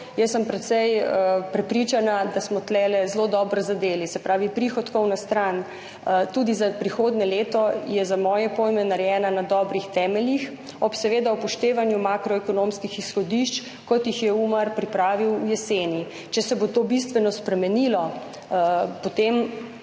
sem precej prepričana, da smo zelo dobro zadeli. Se pravi, prihodkovna stran, tudi za prihodnje leto, je za moje pojme narejena na dobrih temeljih, seveda ob upoštevanju makroekonomskih izhodišč, kot jih je Umar pripravil v jeseni. Če se bo to bistveno spremenilo, potem